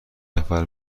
نفر